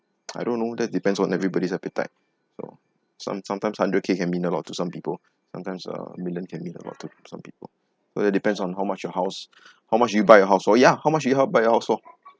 I don't know that depends on everybody's appetite so some sometimes hundred K can mean a lot to some people sometimes a million can be mean a lot to some people but that depends on how much your house how much do you buy a house oh yeah how much you have buy your house oh